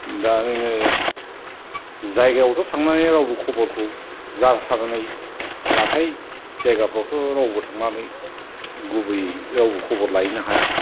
दा नोङो जायगायावथ' थांनानै रावबो खबरखौ जाथारनाय जाथाय जायगाफ्रावथ' रावबो थांनानै गुबैयै रावबो खबर लाहैनो हाया